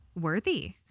worthy